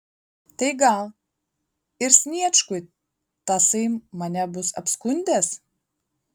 tai gal ir sniečkui tasai mane bus apskundęs